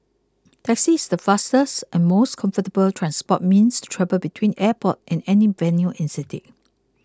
taxi is the fastest and most comfortable transport means to travel between airport and any venue in city